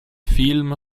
film